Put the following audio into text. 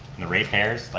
in the repairs, like